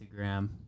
instagram